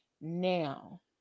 Now